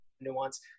nuance